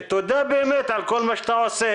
תודה באמת על כל מה שאתה עושה,